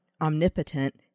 omnipotent